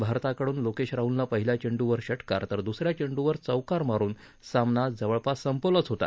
भारताकडून लोकेश राहुलनं पहिल्या चेंडूवर षटकार तर दुस या चेंडूवर चौकार मारुन सामना जवळपास संपवलाच होता